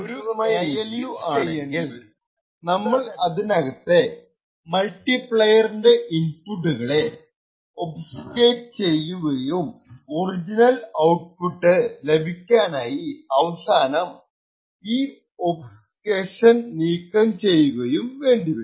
ഉദാഹരണ ത്തിന് ഒരു എഎൽയു ആണെങ്കിൽ നമ്മൾ അതിനകത്തെ മൾട്ടിപ്ലെയറിന്റെ ഇൻപുട്ടുകളെ ഒബഫുസ്കെറ്റ് ചെയ്യുകയും ഒറിജിനൽ ഔട്പുട്ട് ലഭിക്കാനായി അവസാനം ഒബഫുസ്കെഷൻ നീക്കം ചെയ്യുകയും വേണ്ടിവരും